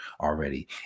already